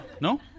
No